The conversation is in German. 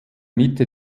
mitte